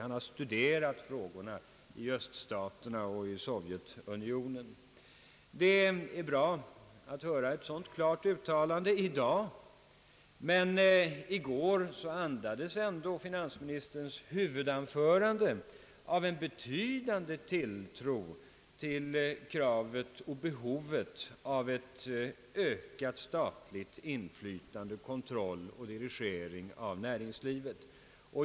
Han har studerat frågorna i öststaterna, däribland Sovjetunionen. Det är bra att få höra ett så klart uttalande i dag, men i går andades finansministerns huvudanförande ändå en betydande tilltro till kravet på och behovet av ett ökat statligt inflytande och ökad statlig kontroll och dirigering av näringslivet.